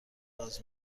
باز